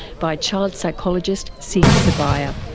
by child psychologist, seetha subbiah.